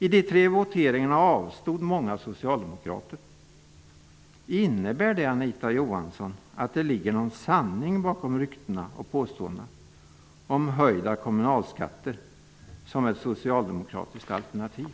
I de tre voteringarna avstod många socialdemokrater från att rösta. Innebär detta, Anita Johansson, att det ligger någon sanning bakom ryktena och påståendena om höjda kommunalskatter som ett socialdemokratiskt alternativ?